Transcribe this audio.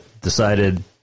decided